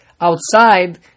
outside